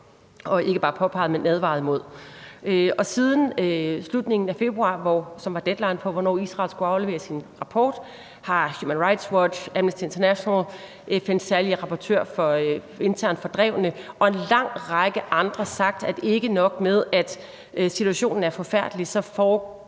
– ikke bare påpeget, men advaret imod. Og siden slutningen af februar, som var deadline for, hvornår Israel skulle aflevere sin rapport, har Human Rights Watch, Amnesty International, FN's særlige rapportør for internt fordrevne og en lang række andre sagt, at ikke nok med, at situationen er forfærdelig, forekommer